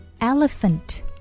Elephant